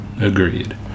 Agreed